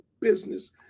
business